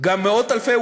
גם מאות-אלפי,